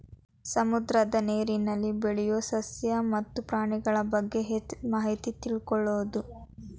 ಸಮುದ್ರದ ನೇರಿನಲ್ಲಿ ಬೆಳಿಯು ಸಸ್ಯ ಮತ್ತ ಪ್ರಾಣಿಗಳಬಗ್ಗೆ ಹೆಚ್ಚ ಮಾಹಿತಿ ತಿಳಕೊಳುದು